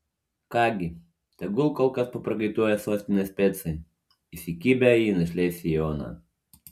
ką gi tegu kol kas paprakaituoja sostinės specai įsikibę į našlės sijoną